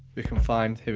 we can find, here